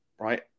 right